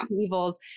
evils